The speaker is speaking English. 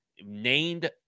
named